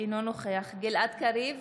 אינו נוכח גלעד קריב,